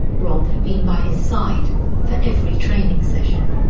rob had been by his side for every training session.